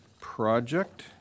project